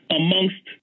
amongst